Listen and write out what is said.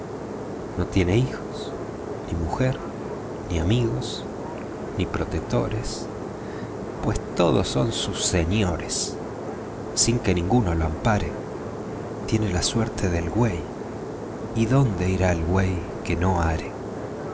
no tiene hijos ni mujer ni amigos ni protetores pues todos son sus señores sin que ninguno lo ampare tiene la suerte del güey y donde irá el güey que no are